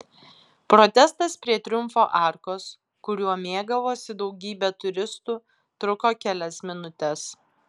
protestas prie triumfo arkos kuriuo mėgavosi daugybė turistų truko kelias minutes